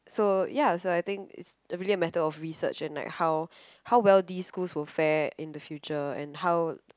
so ya so I think it's really a matter of research and like how how well these schools will fare in the future and how